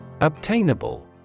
Obtainable